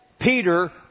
Peter